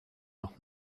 noch